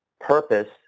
purpose